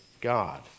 God